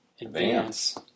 Advance